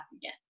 again